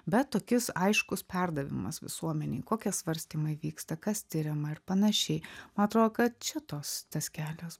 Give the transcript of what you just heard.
bet tokis aiškus perdavimas visuomenei kokie svarstymai vyksta kas tiriama ir panašiai ma atro kad šitos tas kelias